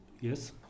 Yes